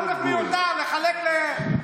עודף מיותר, נחלק להם.